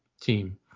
team